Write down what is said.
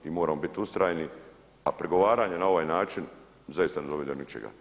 Mi moramo biti ustrajni, a prigovaranja na ovaj način zaista ne dovode do ničega.